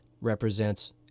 represents